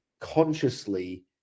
consciously